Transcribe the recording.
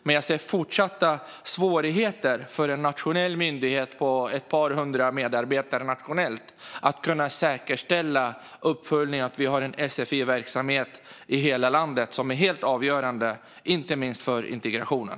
Men jag ser fortsatta svårigheter för en nationell myndighet på ett par hundra medarbetare nationellt att kunna säkerställa uppföljning och att vi har en sfi-verksamhet i hela landet som är helt avgörande inte minst för integrationen.